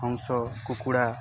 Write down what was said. ହଂସ କୁକୁଡ଼ା